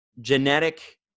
genetic